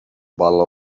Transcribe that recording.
bottle